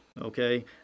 okay